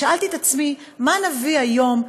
שאלתי את עצמי: מה נביא היום,